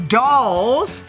dolls